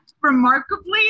Remarkably